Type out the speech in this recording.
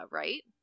right